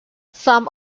some